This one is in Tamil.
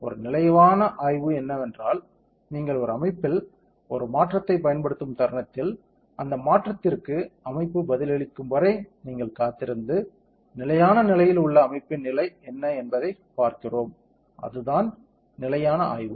ஒரு நிலையான ஆய்வு என்னவென்றால் நீங்கள் ஒரு அமைப்பில் ஒரு மாற்றத்தைப் பயன்படுத்தும் தருணத்தில் அந்த மாற்றத்திற்கு அமைப்பு பதிலளிக்கும் வரை நீங்கள் காத்திருந்து நிலையான நிலையில் உள்ள அமைப்பின் நிலை என்ன என்பதைப் பார்க்கிறோம் அதுதான் நிலையான ஆய்வு